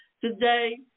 Today